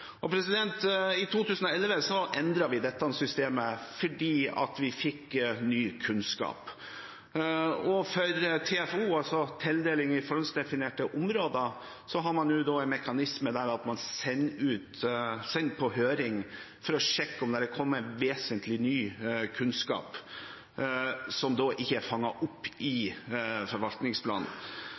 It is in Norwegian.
I 2011 endret vi dette systemet fordi vi fikk ny kunnskap. For TFO, altså tildeling i forhåndsdefinerte områder, har man en mekanisme der man sender det på høring for å sjekke om det er kommet vesentlig ny kunnskap som ikke er fanget opp i forvaltningsplanen.